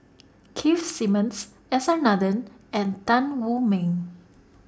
Keith Simmons S R Nathan and Tan Wu Meng